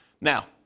Now